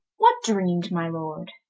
what dream'd my lord,